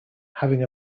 having